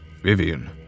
vivian